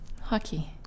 hockey